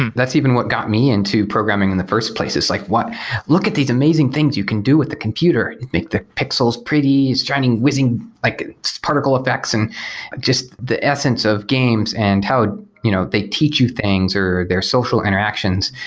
and that's even what got me into programming in the first place. it's like, look at these amazing things you can do with the computer. you can make the pixels pretty, shining, whizzing like particle effects, and just the essence of games and how you know they teach you things or they're social interactions.